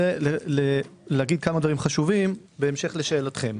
כמה דברים חשובים בהמשך לשאלתכם.